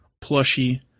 plushy